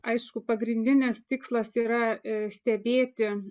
aišku pagrindinis tikslas yra stebėti